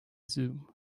zoom